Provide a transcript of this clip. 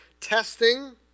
testing